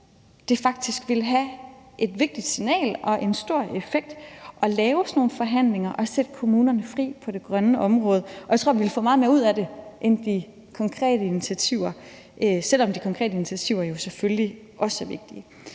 ville være et vigtigt signal og have en stor effekt at lave sådan nogle forhandlinger og sætte kommunerne fri på det grønne område. Jeg tror, vi ville få meget mere ud af det end de konkrete initiativer, selv om de konkrete initiativer jo selvfølgelig